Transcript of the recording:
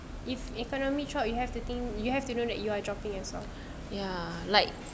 if economy drop you have to think you have to know that you are dropping as long